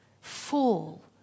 fall